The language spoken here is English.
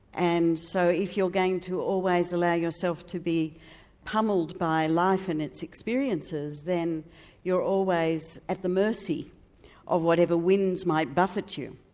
and so if you're going to always allow yourself to be pummelled by life and its experiences, then you're always at the mercy of whatever winds might buffet you.